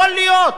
יכול להיות,